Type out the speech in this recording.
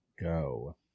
go